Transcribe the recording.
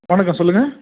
வணக்கம் சொல்லுங்க